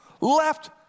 left